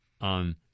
on